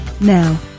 Now